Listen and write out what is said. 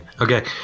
okay